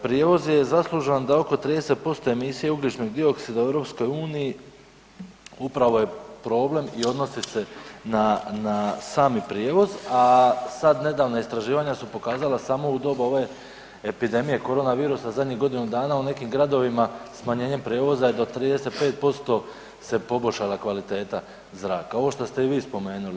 Prijevoz je zaslužan da oko 30% emisije ugljičnog dioksida u EU upravo je problem i odnosi se na, na sami prijevoz, a sad nedavna istraživanja su pokazala samo u doba ove epidemije koronavirusa zadnjih godinu dana u nekim gradovima smanjenjem prijevoza je do 35% se poboljšala kvaliteta zraka, ovo što ste i vi spomenuli.